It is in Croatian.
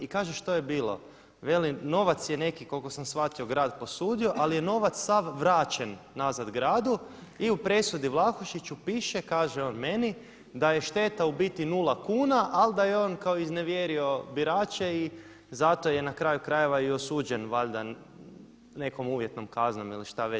I kaže što je bilo, veli novac je neki koliko sam shvatio grad posudio ali je novac sav vraćen nazad gradu i u presudi Vlahušiću piše kaže on meni da je šteta u biti nula kuna ali da je on kao iznevjerio birače i zato je na kraju krajeva i osuđen valjda nekakvom uvjetnom kaznom ili što već.